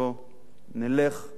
נלך בדרכו.